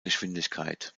geschwindigkeit